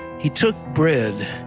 he took bread